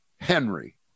Henry